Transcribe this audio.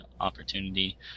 opportunity